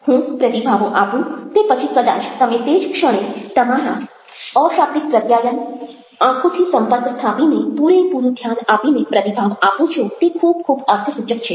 હું પ્રતિભાવો આપું તે પછી કદાચ તમે તે જ ક્ષણે તમારા અશાબ્દિક પ્રત્યાયન આંખોથી સંપર્ક સ્થાપીને પૂરેપૂરું ધ્યાન આપીને પ્રતિભાવ આપો છો તે ખૂબ ખૂબ અર્થસૂચક છે